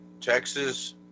Texas